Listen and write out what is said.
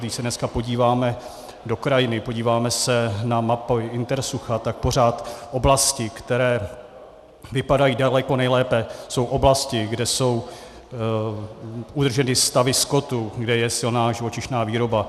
Když se dneska podíváme do krajiny, podíváme se na mapu intersucha, tak pořád oblasti, které vypadají daleko nejlépe, jsou oblasti, kde jsou udrženy stavy skotu, kde je silná živočišná výroba.